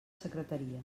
secretaria